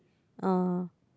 oh